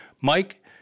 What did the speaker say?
Mike